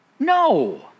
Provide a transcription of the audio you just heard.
No